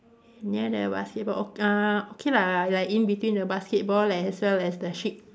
near the basketball ok~ uh okay lah like in between the basketball as well as the sheep